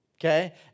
okay